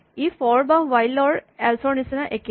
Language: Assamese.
ই ফৰ বা হুৱাইল ৰ এল্চ ৰ নিচিনা একে